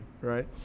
right